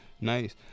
Nice